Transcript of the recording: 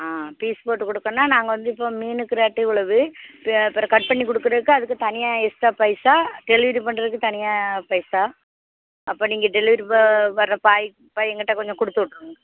ஆ piece போட்டு கொடுக்கணுனா நாங்கள் வந்து இப்போது மீனுக்கு ரேட்டு இவ்வளவு அப்புறம் அப்புறம் கட் பண்ணி கொடுக்குறதுக்கு அதுக்கு தனியாக எக்ஸ்ட்ரா பைசா டெலிவரி பண்ணுறதுக்கு தனியாக பைசா அப்போ நீங்கள் டெலிவரி வ வர்றப்போ பாய் பையன் கிட்டே கொஞ்சம் கொடுத்து விட்ருங்க